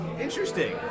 Interesting